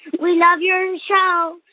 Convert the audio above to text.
we love your show,